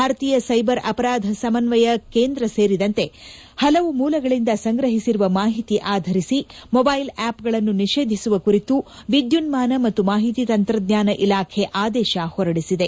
ಭಾರತೀಯ ಸೈಬರ್ ಅಪರಾಧ ಸಮನ್ವಯ ಕೇಂದ್ರ ಸೇರಿದಂತೆ ಹಲವು ಮೂಲಗಳಿಂದ ಸಂಗ್ರಹಿಸಿರುವ ಮಾಹಿತಿ ಆಧರಿಸಿ ಮೊಬ್ಬೆಲ್ ಆಸ್ಗಳನ್ನು ನಿಷೇಧಿಸುವ ಕುರಿತು ವಿದ್ಯುನ್ನಾನ ಮತ್ತು ಮಾಹಿತಿ ತಂತ್ರಜ್ಞಾನ ಇಲಾಖೆ ಆದೇಶ ಹೊರಡಿಸಿದೆ